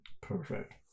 perfect